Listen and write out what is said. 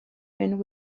and